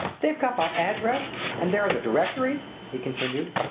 they've got my address and there are the directories, he continued.